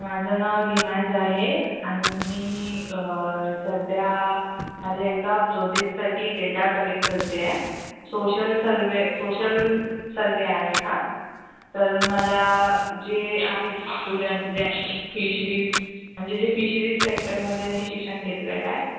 माझं नाव रिमाज आहे आणि मी सध्या माझ्या एका प्रोजेक्टसाठी डेटा कलेक्ट करते आहे सोशल सर्वे सोशल सर्वे आहे हा तर मला जे आहेत स्टुडंट्स ज्यांनी फिशरीज म्हणजे जे फिशरीज सेक्टरमध्ये त्यांनी शिक्षण घेतलेलं आहे